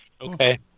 Okay